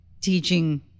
teaching